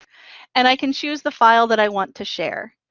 and i can choose the file that i want to share.